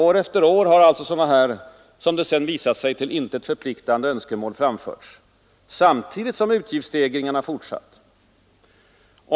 År efter år har alltså sådana — som det sedan visat sig — till intet förpliktande önskemål framförts, samtidigt som utgiftsstegringarna fortsatt.